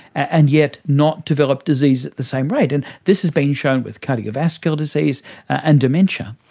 and yet not develop disease at the same rate. and this has been shown with cardiovascular disease and dementia.